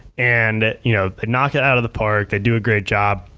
and you know they knock it out of the park, they do a great job,